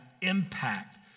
impact